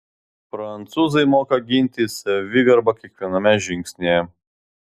prancūzai moka ginti savigarbą kiekviename žingsnyje